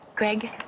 Greg